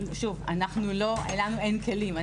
שוב לנו אין כלים.